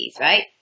right